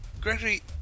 Gregory